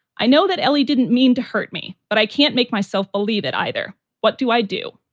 i know that ellie didn't mean to hurt me, but i can't make myself believe it either what do i do?